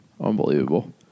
Unbelievable